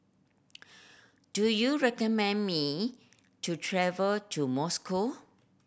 do you recommend me to travel to Moscow